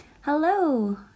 hello